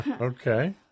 Okay